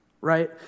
right